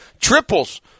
Triples